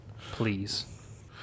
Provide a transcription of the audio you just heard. please